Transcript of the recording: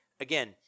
again